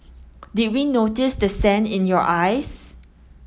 did we notice the sand in your eyes